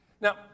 Now